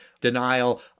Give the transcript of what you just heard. denial